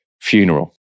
funeral